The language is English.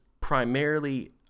primarily